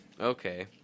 Okay